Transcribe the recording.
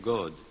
God